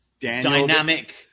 Dynamic